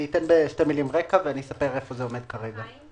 אתן בשתי מילים רקע, ואציין היכן זה עומד כרגע.